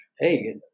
hey